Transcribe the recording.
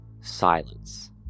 silence